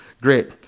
Great